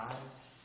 Nice